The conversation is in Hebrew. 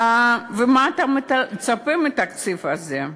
מה אתה מצפה מהתקציב הזה?